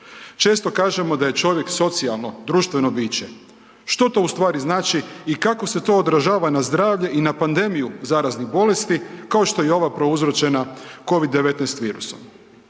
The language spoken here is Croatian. Često kažemo da je čovjek socijalno, društveno biće. Što to ustvari znači i kako se to odražava na zdravlje i na pandemiju zaraznih bolesti kao što je i ova prouzročena Covid-19 virusom?